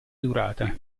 durata